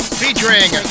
featuring